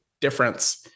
difference